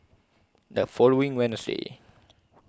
The following Wednesday